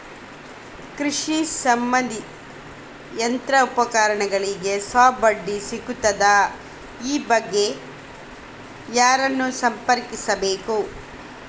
ಕೃಷಿ ಸಂಬಂಧಿ ಯಂತ್ರೋಪಕರಣಗಳಿಗೆ ಸಬ್ಸಿಡಿ ಸಿಗುತ್ತದಾ? ಈ ಬಗ್ಗೆ ಯಾರನ್ನು ಸಂಪರ್ಕಿಸಬೇಕು?